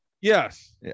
Yes